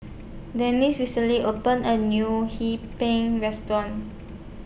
Dezzie recently opened A New Hee Pan Restaurant